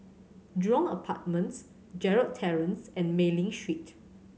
Jurong Apartments Gerald Terrace and Mei Ling Street